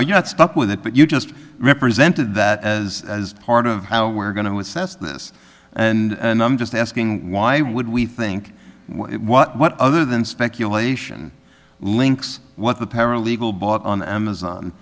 know you got stuck with it but you just represented that as part of how we're going to assess this and i'm just asking why would we think what other than speculation links what the paralegal bought on amazon